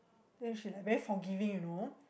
then she like very forgiving you know